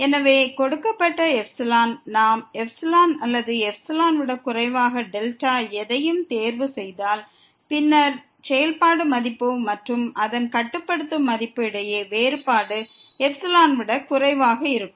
எனவே கொடுக்கப்பட்ட ε நாம் ε அல்லது ε விட குறைவாக δ எதையும் தேர்வு செய்தால் பின்னர் செயல்பாடு மதிப்பு மற்றும் அதன் கட்டுப்படுத்தும் மதிப்புக்கு இடையே வேறுபாடு εஐ விட குறைவாக இருக்கும்